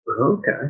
Okay